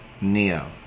Neo